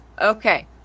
Okay